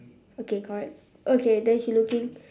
okay correct okay then she looking